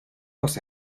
los